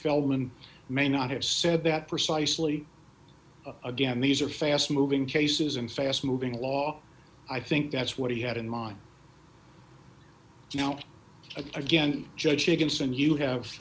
feldman may not have said that precisely again these are fast moving cases and fast moving law i think that's what he had in mind you know again judge against and you have